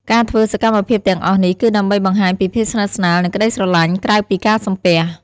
ការធ្វើសកម្មភាពទាំងអស់នេះ គឺដើម្បីបង្ហាញពីភាពស្និទ្ធស្នាល និងក្ដីស្រឡាញ់ក្រៅពីការសំពះ។